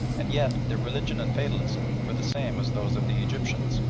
and yet their religion and fatalism were the same as those of the egyptians.